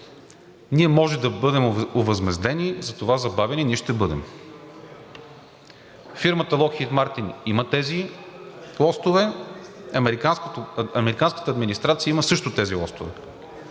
които можем да бъдем овъзмездени за това забавяне и ние ще бъдем. Фирмата „Локхийд Мартин“ има тези лостове, американската администрация има също тези лостове.